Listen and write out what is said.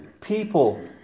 people